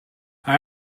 hij